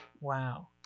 wow